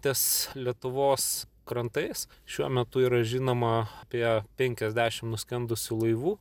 ties lietuvos krantais šiuo metu yra žinoma apie penkiasdešimt nuskendusių laivų